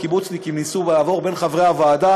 הקיבוצניקים ניסו לעבור בין חברי הוועדה